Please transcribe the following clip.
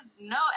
no